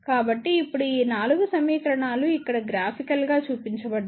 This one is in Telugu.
కాబట్టి ఇప్పుడు ఈ 4 సమీకరణాలు ఇక్కడ గ్రాఫికల్ గా చూపించబడ్డాయి